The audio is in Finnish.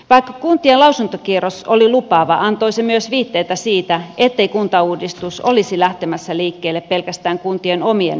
vaikka kuntien lausuntokierros oli lupaava antoi se myös viitteitä siitä ettei kuntauudistus olisi lähtemässä liikkeelle pelkästään kuntien omien linjauksien pohjalta